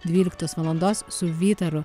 dvyliktos valandos su vytaru